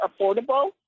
affordable